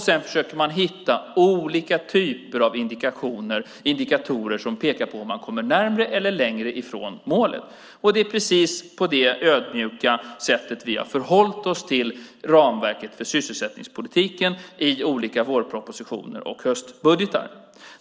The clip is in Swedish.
Sedan försöker man hitta olika typer av indikatorer som pekar på om man kommer närmre eller längre ifrån målet. Det är precis på det ödmjuka sättet vi har förhållit oss till ramverket för sysselsättningspolitiken i olika vårpropositioner och höstbudgetar.